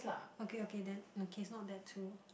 okay okay then okay um it's not that too